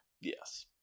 Yes